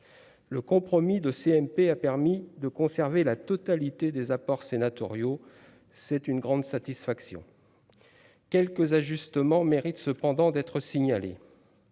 le compromis de CNP a permis de conserver la totalité des apports sénatoriaux, c'est une grande satisfaction quelques ajustements mérite cependant d'être signalé